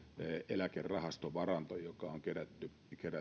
eläkerahastovaranto joka on kerätty